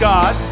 God